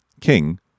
king